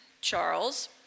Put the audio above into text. Charles